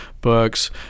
books